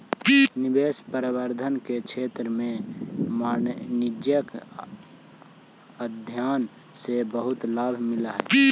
निवेश प्रबंधन के क्षेत्र में वाणिज्यिक अध्ययन से बहुत लाभ मिलऽ हई